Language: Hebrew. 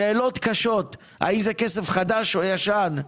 שאלות קשות, האם זה כסף חדש או ישן?